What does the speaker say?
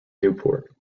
newport